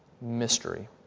mystery